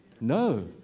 No